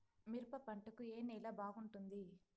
మిరప పంట కు ఏ నేల బాగుంటుంది?